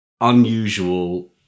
unusual